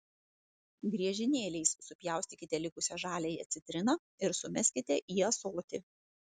griežinėliais supjaustykite likusią žaliąją citriną ir sumeskite į ąsotį